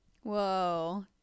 whoa